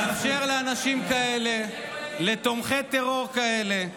לאפשר לאנשים כאלה, לתומכי טרור כאלה,